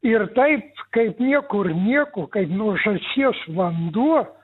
ir taip kaip niekur nieko kaip nuo žąsies vanduo